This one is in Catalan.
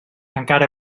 encara